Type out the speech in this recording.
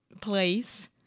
place